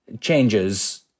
changes